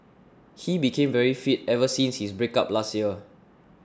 he became very fit ever since his breakup last year